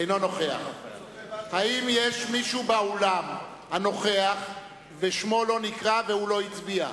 אינו נוכח האם יש מישהו באולם שנוכח ושמו לא נקרא והוא לא הצביע?